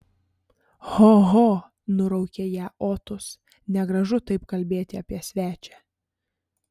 ho ho nuraukė ją otus negražu taip kalbėti apie svečią